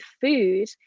food